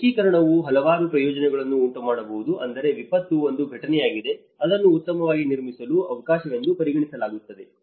ಏಕೀಕರಣವು ಹಲವಾರು ಪ್ರಯೋಜನಗಳನ್ನು ಉಂಟುಮಾಡಬಹುದು ಅಂದರೆ ವಿಪತ್ತು ಒಂದು ಘಟನೆಯಾಗಿ ಅದನ್ನು ಉತ್ತಮವಾಗಿ ನಿರ್ಮಿಸಲು ಅವಕಾಶವೆಂದು ಪರಿಗಣಿಸಲಾಗುತ್ತದೆ